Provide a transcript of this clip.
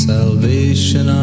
Salvation